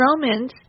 Romans